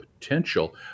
potential